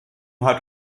hat